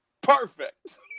perfect